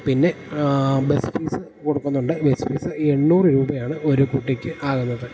പിന്നെ bus fees കൊടുക്കുന്നുണ്ട് bus fees എണ്ണൂറ് രൂപയാണ് ഒരു കുട്ടിക്കാകുന്നത്